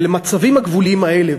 ולמצבים הגבוליים האלה,